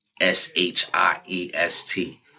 S-H-I-E-S-T